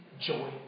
Joy